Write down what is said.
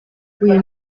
uyu